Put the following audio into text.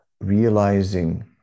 realizing